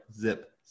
zip